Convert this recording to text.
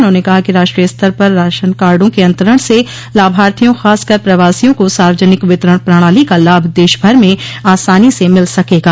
उन्होंने कहा कि राष्ट्रीय स्तर पर राशनकार्डो के अंतरण से लाभार्थियों खासकर प्रवासियों को सार्वजनिक वितरण प्रणालो का लाभ देश भर में आसानी से मिल सकेगा